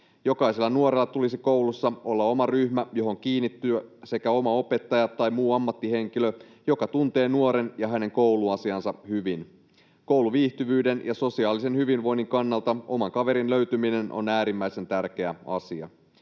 Jokaisella nuorella tulisi koulussa olla oma ryhmä, johon kiinnittyä, sekä oma opettaja tai muu ammattihenkilö, joka tuntee nuoren ja hänen kouluasiansa hyvin. Kouluviihtyvyyden ja sosiaalisen hyvinvoinnin kannalta oman kaverin löytyminen on äärimmäisen tärkeä asia.